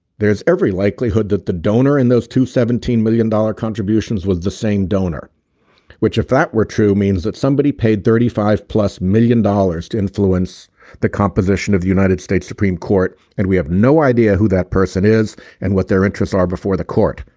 there's every likelihood that the donor in those two seventeen million dollar contributions was the same donor which if that were true means that somebody paid thirty five plus million dollars to influence the composition of the united states supreme court and we have no idea who that person is and what their interests are before the court.